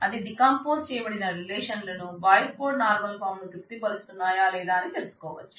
అది డీకంపోజ్ చేయబడిన రిలేషన్లు బాయిస్ కోడ్ నార్మల్ ఫాం ను తృప్తి పరుస్తున్నాయా లేదా అని తెలుసుకోవచ్చు